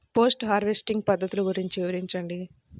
Post harvesting పద్ధతులు గురించి వివరించండి?